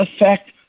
affect